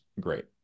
great